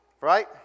Right